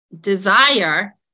desire